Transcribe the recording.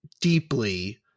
deeply